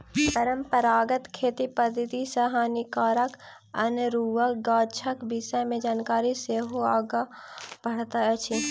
परंपरागत खेती पद्धति सॅ हानिकारक अनेरुआ गाछक विषय मे जानकारी सेहो आगाँ बढ़ैत अछि